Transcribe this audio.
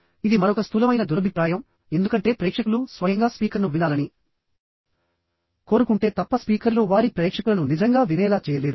ఇది మరొక స్థూలమైన దురభిప్రాయం ఎందుకంటే ప్రేక్షకులు స్వయంగా స్పీకర్ను వినాలని కోరుకుంటే తప్ప స్పీకర్లు వారి ప్రేక్షకులను నిజంగా వినేలా చేయలేరు